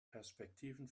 perspektiven